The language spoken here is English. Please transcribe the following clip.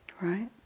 right